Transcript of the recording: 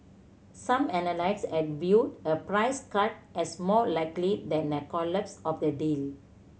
some analysts had viewed a price cut as more likely than a collapse of the deal